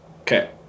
okay